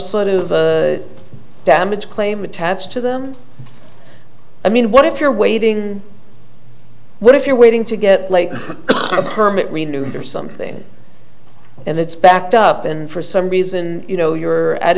sort of damage claim attached to them i mean what if you're waiting what if you're waiting to get like a permit renewed or something and it's backed up and for some reason you know you're